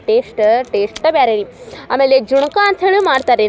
taste ಟೇಸ್ಟೇ ಬೇರೆ ರೀ ಆಮೇಲೆ ಜುಣುಕ ಅಂತ ಹೇಳಿಯೂ ಮಾಡ್ತಾರೆ ರೀ